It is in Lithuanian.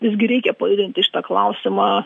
visgi reikia pajudinti šitą klausimą